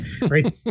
Right